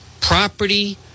property